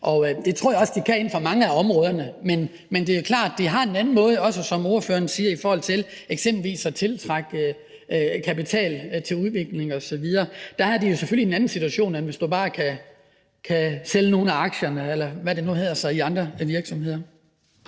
Det tror jeg også de kan inden for mange af områderne, men det er klart, at der er en anden måde, som ordføreren også siger, eksempelvis at tiltrække kapital til udvikling osv. på. Der er de jo selvfølgelig i en anden situation, end hvis man bare kan sælge nogle af aktierne, eller hvad det nu hedder, i andre virksomheder.